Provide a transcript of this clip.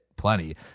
plenty